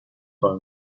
کار